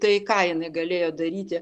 tai ką jinai galėjo daryti